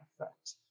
effect